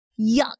yuck